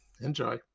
Enjoy